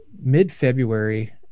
mid-February